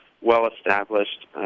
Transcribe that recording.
well-established